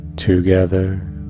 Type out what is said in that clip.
Together